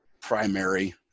primary